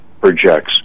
projects